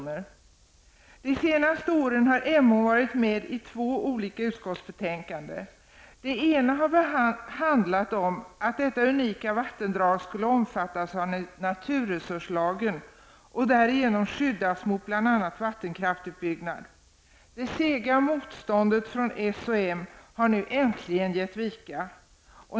Under de senaste åren har Emån varit med i två olika utskottsbetänkanden. Det ena handlade om att detta unika vattendrag skulle omfattas av naturresurslagen och därigenom skyddas mot bl.a. vattenkraftsutbyggnad. Det sega motståndet från s och m har nu äntligen gett vika.